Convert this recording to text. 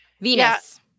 Venus